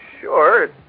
Sure